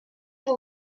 vos